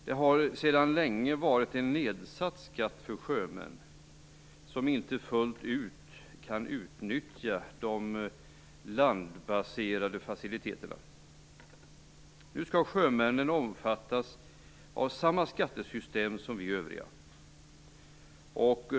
Det har sedan länge varit en nedsatt skatt för sjömän som inte fullt ut kan utnyttja de landbaserade faciliteterna. Nu skall sjömännen omfattas av samma skattesystem som vi övriga.